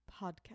Podcast